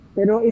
Pero